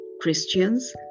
Christians